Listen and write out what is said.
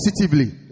positively